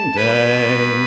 day